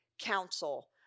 council